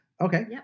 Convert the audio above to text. okay